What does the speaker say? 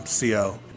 CO